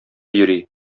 йөри